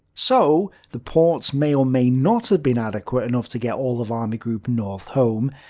so, the ports may or may not have been adequate enough to get all of army group north home,